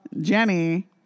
jenny